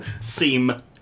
Seem